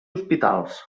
hospitals